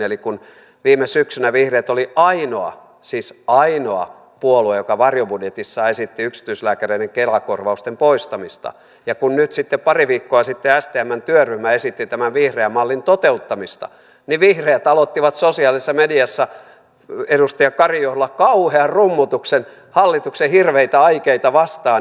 eli kun viime syksynä vihreät oli ainoa siis ainoa puolue joka varjobudjetissaan esitti yksityislääkäreiden kela korvausten poistamista ja kun nyt sitten pari viikkoa sitten stmn työryhmä esitti tämän vihreän mallin toteuttamista niin vihreät aloittivat sosiaalisessa mediassa edustaja karin johdolla kauhean rummutuksen hallituksen hirveitä aikeita vastaan